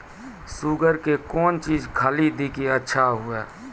Sugar के कौन चीज खाली दी कि अच्छा हुए?